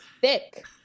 thick